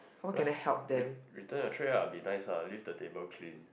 just ret~ return your tray ah be nice ah leave the table clean